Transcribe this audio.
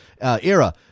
era